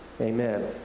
Amen